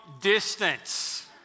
distance